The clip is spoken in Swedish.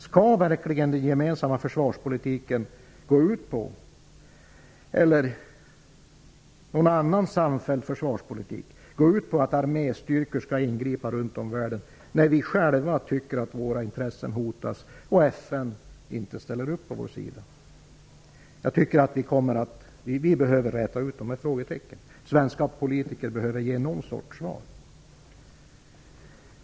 Skall verkligen den gemensamma försvarspolitiken eller någon annan samfälld försvarspolitik gå ut på att arméstyrkor skall ingripa runt om i världen när vi själva tycker att våra intressen hotas och FN inte ställer upp på vår sida? Vi behöver räta ut dessa frågetecken. Svenska politiker behöver ge någon sorts svar.